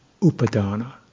upadana